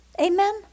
Amen